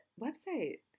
website